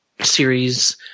series